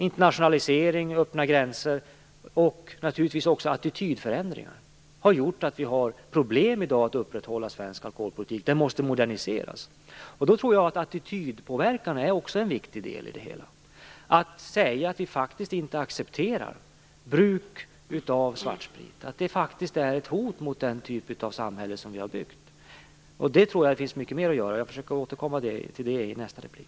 Internationalisering, öppna gränser och attitydförändringar har gjort att vi har problem att upprätthålla svensk alkoholpolitik i dag. Den måste moderniseras. Jag tror att attitydpåverkan är en viktig del i det hela, att vi säger att vi faktiskt inte accepterar bruk av svartsprit, att det är ett hot mot den typ av samhälle som vi har byggt upp. Jag tror att det finns mycket mer att göra. Jag skall försöka återkomma till det i nästa replik.